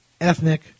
ethnic